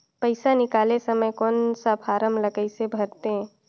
पइसा निकाले समय कौन सा फारम ला कइसे भरते?